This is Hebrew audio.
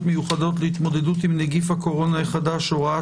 מיוחדות להתמודדות עם נגיף הקורונה החדש (הוראת